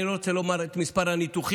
אני לא רוצה לומר את מספר הניתוחים,